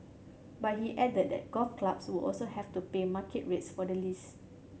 but he added that golf clubs would also have to pay market rates for the lease